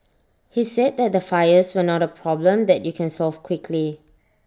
he said that the fires were not A problem that you can solve quickly